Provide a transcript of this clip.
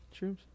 shrooms